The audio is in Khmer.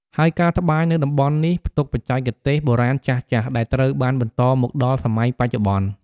ហើយការត្បាញនៅតំបន់នេះផ្ទុកបច្ចេកទេសបុរាណចាស់ៗ ដែលត្រូវបានបន្តមកដល់សម័យបច្ចុប្បន្ន។